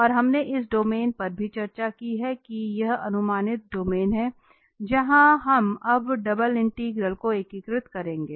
और हमने इस डोमेन पर भी चर्चा की है कि यह अनुमानित डोमेन है जहां हम अब डबल इंटीग्रल को एकीकृत करेंगे